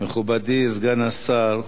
מכובדי סגן השר,